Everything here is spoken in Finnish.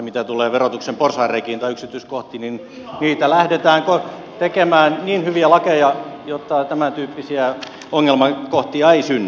mitä tulee verotuksen porsaanreikiin tai yksityiskohtiin niin lähdetään tekemään niin hyviä lakeja jotta tämäntyyppisiä ongelmakohtia ei synny